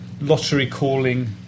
lottery-calling